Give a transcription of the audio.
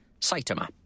Saitama